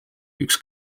üks